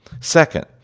Second